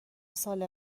سال